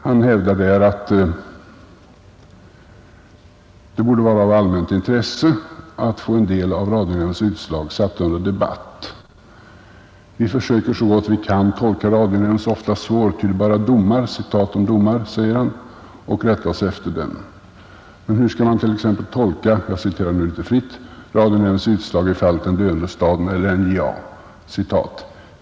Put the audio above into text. Han hävdar där att det borde vara av allmänt intresse att få en del av radionämndens utslag satta under debatt: ”Vi försöker så gott vi kan tolka radionämndens ofta svårtydbara ”domar” och rätta oss efter dem. ——— Hur skall man t.ex. tolka radionämndens utslag i fallet ”Den döende staden” eller "” NJA”?